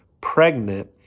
pregnant